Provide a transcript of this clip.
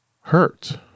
hurt